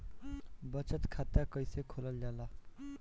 बचत खाता कइसे खोलल जाला?